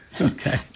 Okay